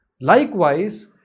Likewise